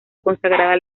consagrada